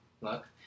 look